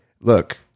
look